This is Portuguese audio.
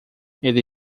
ele